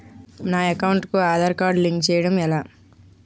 నా అకౌంట్ కు Aadhaar card link చేయడం ఎలా?